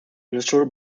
industrial